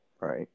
Right